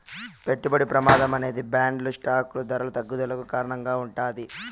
పెట్టుబడి ప్రమాదం అనేది బాండ్లు స్టాకులు ధరల తగ్గుదలకు కారణంగా ఉంటాది